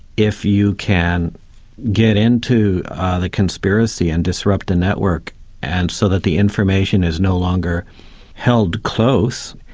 if you can get into the conspiracy and disrupt the network and so that the information is no longer held close,